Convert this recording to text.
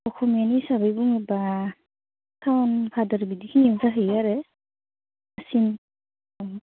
अखमियानि हिसाबै बुङोब्ला साउन भाद्र' बेखिनियाव जाहैयो आरो सिं अ